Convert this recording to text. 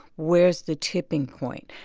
where's the tipping point?